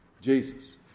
Jesus